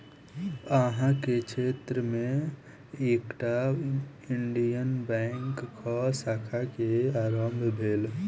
अहाँ के क्षेत्र में एकटा इंडियन बैंकक शाखा के आरम्भ भेल